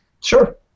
Sure